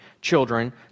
children